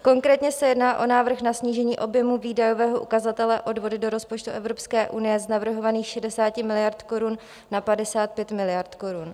Konkrétně se jedná o návrh na snížení objemu výdajového ukazatele odvody do rozpočtu Evropské unie z navrhovaných 60 miliard korun na 55 miliard korun.